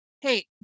Hey